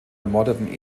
ermordeten